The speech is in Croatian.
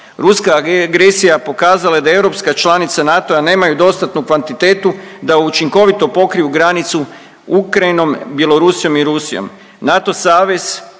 Ruska agresija pokazala je da europske članice NATO-a nemaju dostatnu kvantitetu da učinkovito pokriju granicu Ukrajinom, Bjelorusijom i Rusijom. NATO savez